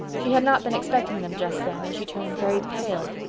she had not been expecting them just then and she turned very pale.